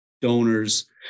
donors